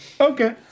Okay